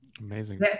Amazing